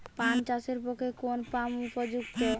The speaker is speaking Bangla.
পান চাষের পক্ষে কোন পাম্প উপযুক্ত?